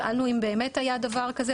שאלנו אם באמת היה דבר כזה,